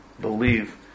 believe